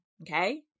okay